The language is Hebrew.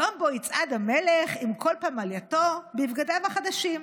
יום שבו יצעד המלך עם כל פמלייתו בבגדיו החדשים.